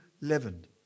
leavened